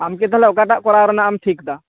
ᱟᱢᱜᱮ ᱛᱟᱦᱚᱞᱮ ᱚᱠᱟᱴᱟᱜ ᱠᱚᱨᱟᱣ ᱨᱮᱱᱟᱜ ᱮᱢ ᱴᱷᱤᱠᱮᱫᱟ